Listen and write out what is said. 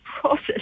process